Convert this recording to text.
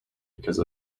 because